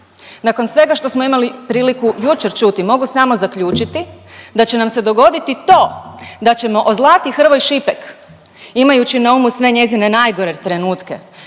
Nakon svega što smo imali priliku jučer čuti mogu samo zaključiti da će nam se dogoditi to da ćemo o Zlati Hrvoj-Šipek imajući na umu sve njezine najgore trenutke